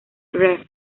rev